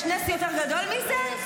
יש נס יותר גדול מזה?